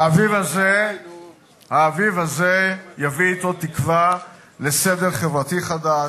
האביב הזה יביא אתו תקווה לסדר חברתי חדש,